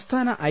സംസ്ഥാന ഐ